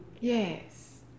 Yes